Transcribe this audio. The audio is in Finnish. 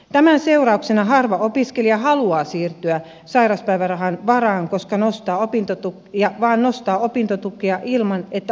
tämän seurauksena harva opiskelija haluaa siirtyä sairauspäivärahan varaan vaan nostaa opintotukea ilman että opintopisteet karttuvat